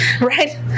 Right